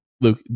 Luke